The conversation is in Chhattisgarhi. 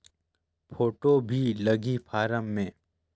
फ़ोटो भी लगी फारम मे?